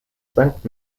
sankt